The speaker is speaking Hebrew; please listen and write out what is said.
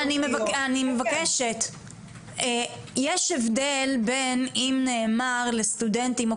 יש הבדל בין אם נאמר לסטודנטים,